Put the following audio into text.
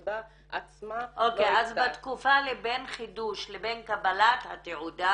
אז בתקופה בין חידוש לבין קבלת התעודה